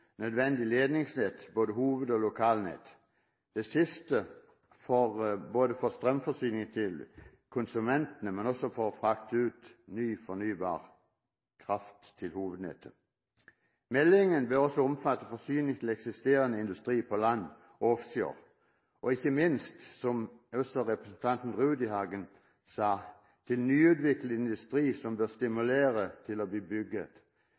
nødvendig ledningsnett, både hoved- og lokalnett – det siste for strømforsyning til konsumentene, men også for å frakte ut ny fornybar kraft til hovednettet. Meldingen bør også omfatte forsyning til eksisterende industri på land og offshore, og ikke minst, som også representanten Rudihagen sa, til nyutviklet industri, som det bør stimuleres til.